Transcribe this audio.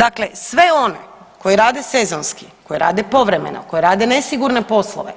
Dakle, svi oni koji rade sezonski, koji rade povremeno, koji rade nesigurne poslove